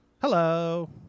Hello